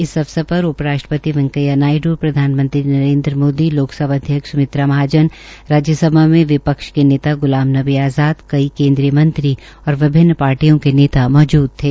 इस अवसर पर उप राष्ट्रपति वैंकेया नायडू प्रधानमंत्री नरेन्द्र मोदी लोकसभा अध्यक्ष स्मित्रा महाजन राज्यसभा में विपक्ष के नेता गुलाम नबी आज़ाद कई केन्द्रीय मंत्री और पार्टियों के नेता मौजूद थे